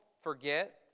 forget